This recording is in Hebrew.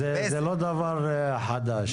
אז זה לא דבר חדש.